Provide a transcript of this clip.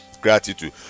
gratitude